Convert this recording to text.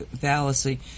fallacy